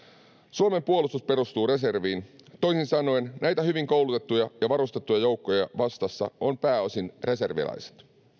suomen puolustus perustuu reserviin toisin sanoen näitä hyvin koulutettuja ja varustettuja joukkoja vastassa ovat pääosin reserviläiset